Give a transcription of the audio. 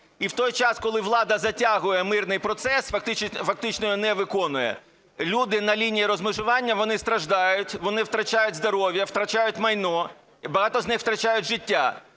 І в той час, коли влада затягує мирний процес, фактично його не виконує, люди на лінії розмежування вони страждають, вони втрачають здоров'я, втрачають майно і багато з них втрачають життя.